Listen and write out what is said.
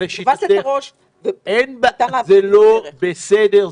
זה לא בסדר,